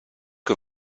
que